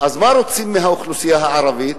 אז מה רוצים מהאוכלוסייה הערבית?